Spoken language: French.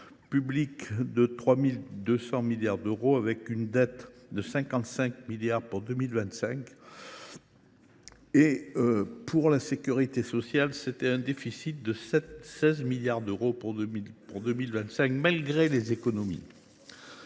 public de 3 200 milliards d’euros, avec une dette de 55 milliards en 2025. Pour la sécurité sociale, le déficit s’élevait à 16 milliards d’euros pour 2025, malgré les économies.